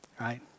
right